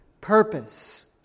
purpose